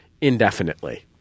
indefinitely